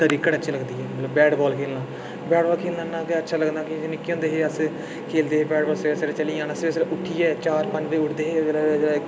cricket अच्छी लगदी मतलब बैट बाल खेढना बैट बाल खेढना गै अच्छा लगदा जेल्लै निक्के होंदे ऐ अस खेढदे हे बैट बाल सबेरे सबेरे चली जाना सबेरे सबेरे उट्ठियै चार पंज बजे उठदे हे